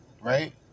Right